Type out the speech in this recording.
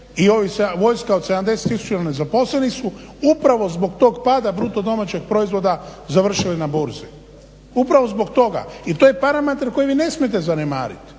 i vojska od 70 tisuća nezaposleni su upravo zbog tog pada BDP-a završili na burzi, upravo zbog toga i to je parametar koji vi ne smijete zanemarit.